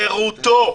חירותו.